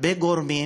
הרבה גורמים,